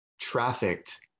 trafficked